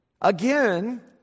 Again